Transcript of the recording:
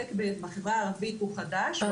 שעוסק בחברה הערבית הוא חדש.